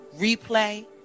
replay